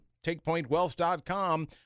TakePointWealth.com